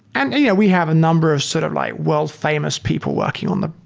and yeah we have a number of sort of like world famous people working on the